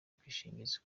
ubwishingizi